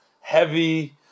heavy